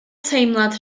teimlad